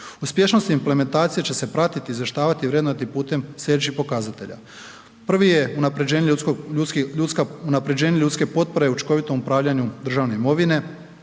Uspješnost implementacije će se pratiti, izvještavati i vrednovati putem sljedećih pokazatelja. Prvi je unapređenje ljudske potrebe u učinkovitom upravljanju državnom imovinom.